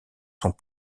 sont